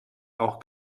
auch